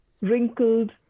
Wrinkled